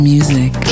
Music